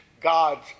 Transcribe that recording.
God's